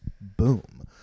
boom